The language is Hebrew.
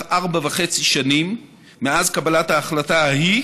ארבע שנים וחצי מאז קבלת ההחלטה ההיא